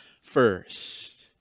first